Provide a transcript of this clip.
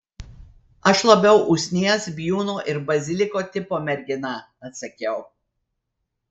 aš labiau usnies bijūno ir baziliko tipo mergina atsakiau